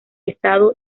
estado